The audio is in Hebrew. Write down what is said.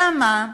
אלא מה?